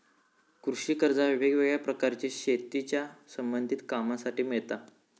कृषि कर्जा वेगवेगळ्या प्रकारची शेतीच्या संबधित कामांसाठी मिळता